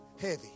heavy